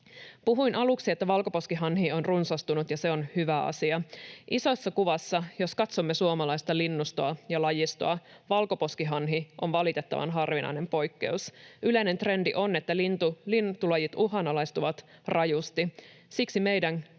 Puhuin aluksi, että valkoposkihanhi on runsastunut ja se on hyvä asia. Isossa kuvassa, jos katsomme suomalaista linnustoa ja lajistoa, valkoposkihanhi on valitettavan harvinainen poikkeus. Yleinen trendi on, että lintulajit uhanalaistuvat rajusti. Siksi meidän